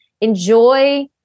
enjoy